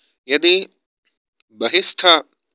यदि बहिस्थ